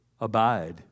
Abide